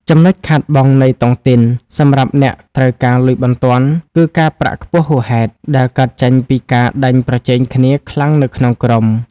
ចំណុចខាតបង់នៃតុងទីនសម្រាប់អ្នកត្រូវការលុយបន្ទាន់ គឺ "ការប្រាក់ខ្ពស់ហួសហេតុ" ដែលកើតចេញពីការដេញប្រជែងគ្នាខ្លាំងនៅក្នុងក្រុម។